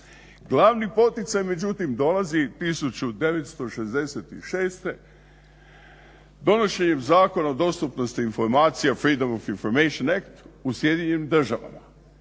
Glavni poticaj međutim dolazi 1966. donošenjem Zakona o dostupnosti informacija, Freedom od information act u SAD-u. Taj